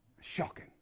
Shocking